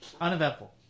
Uneventful